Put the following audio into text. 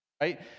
right